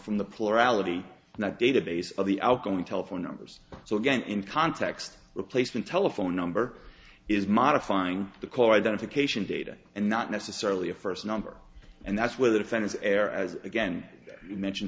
ality not database of the outgoing telephone numbers so again in context replacement telephone number is modifying the call identification data and not necessarily a first number and that's where the offenders air as again mentioned